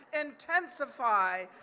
intensify